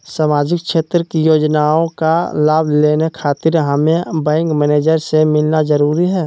सामाजिक क्षेत्र की योजनाओं का लाभ लेने खातिर हमें बैंक मैनेजर से मिलना जरूरी है?